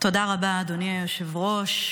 תודה רבה, אדוני היושב-ראש.